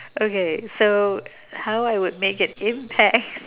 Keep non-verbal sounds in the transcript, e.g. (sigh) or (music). okay so how I would make an impact (laughs)